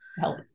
help